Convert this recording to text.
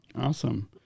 Awesome